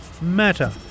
matter